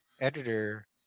editor